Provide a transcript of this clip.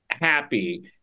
happy